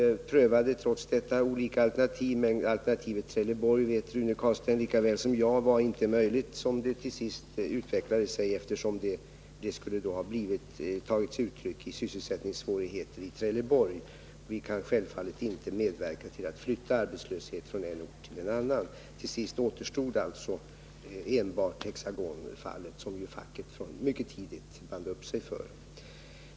Vi prövade trots detta andra alternativ, men Rune Carlstein vet lika väl som jag att alternativet Trelleborg inte var möjligt såsom det hela till sist utvecklade sig. Det alternativet skulle nämligen ha medfört sysselsättningssvårigheter i Trelleborg, och vi kan självfallet inte medverka till att flytta arbetslöshet från en ort till en annan. Till sist återstod alltså enbart Hexagonalternativet, som ju facket mycket tidigt band upp sig för.